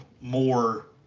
more